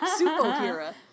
Superhero